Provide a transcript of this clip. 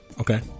Okay